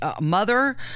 mother